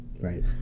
Right